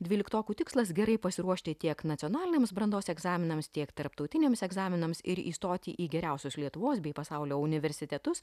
dvyliktokų tikslas gerai pasiruošti tiek nacionaliniams brandos egzaminams tiek tarptautiniams egzaminams ir įstoti į geriausius lietuvos bei pasaulio universitetus